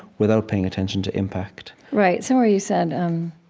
without paying attention to impact right. somewhere you said, um